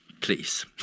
please